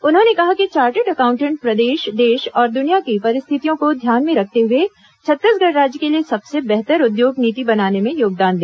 उन्होंने कहा कि चार्टेड अकाउंटेंट प्रदेश देश और दुनिया की परिस्थितियों को ध्यान में रखते हुए छत्तीसगढ़ राज्य के लिए सबसे बेहतर उद्योग नीति बनाने में योगदान दे